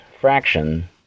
fraction